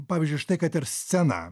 pavyzdžiui štai kad ir scena